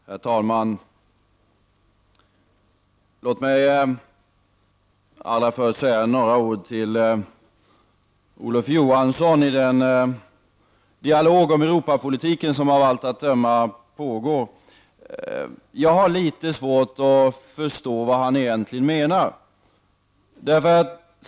Herr talman! Låt mig allra först säga några ord till Olof Johansson i den dialog om Europapolitiken som av allt att döma pågår. Jag har litet svårt att förstå vad han egentligen menar.